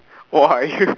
!wah! you